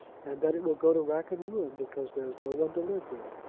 and that it will go to rack and ruin because there is no one to live there,